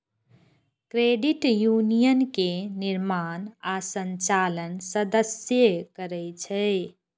credit union के निर्माण आ संचालन सदस्ये करै छै